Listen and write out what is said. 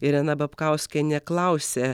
irena babkauskienė klausia